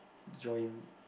join